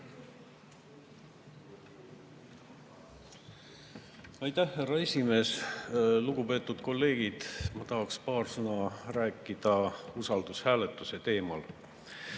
Aitäh, härra esimees! Lugupeetud kolleegid! Ma tahaks paar sõna rääkida usaldushääletuse teemal.